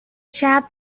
chap